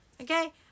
Okay